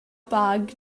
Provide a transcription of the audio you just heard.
bag